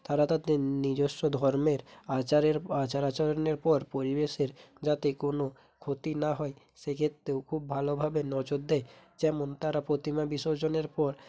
তারা তাদের নিজস্ব ধর্মের আচারের আচার আচরণের পর পরিবেশের যাতে কোনো ক্ষতি না হয় সেক্ষেত্রেও খুব ভালোভাবে নজর দেয় যেমন তারা প্রতিমা বিসর্জনের পর